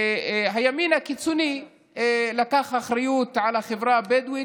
והימין הקיצוני לקח אחריות על החברה הבדואית,